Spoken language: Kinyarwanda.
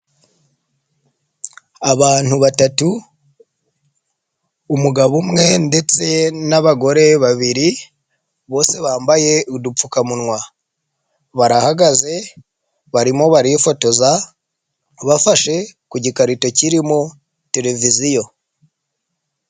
Abantu batatu, umugabo umwe ndetse n'abagore babiri, bose bambaye udupfukamunwa. barahagaze barimo barifotoza, bafashe ku gikarito kirimo televiziyo.